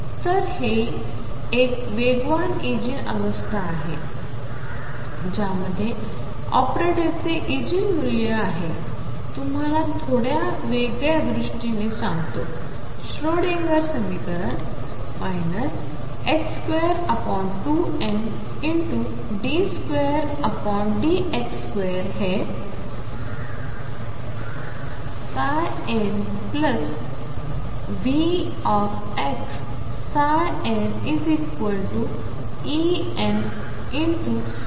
तर ही एक वेगवान एजीन अवस्था आहे ज्यामध्ये ऑपरेटरचे एजीन मूल्य आहे आम्हाला थोड्या वेगळ्या दृष्टीने सांगतो श्रोडिंगर समीकरण 22md2dx2 हे nVxnEnn